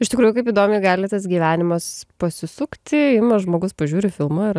iš tikrųjų kaip įdomiai gali tas gyvenimas pasisukti ima žmogus pažiūri filmą ir